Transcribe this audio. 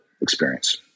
experience